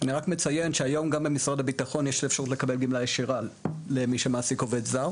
אני רק מציין שהיום יש אפשרות לקבל גמלה ישירה למי שמעסיק עובד זר